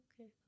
okay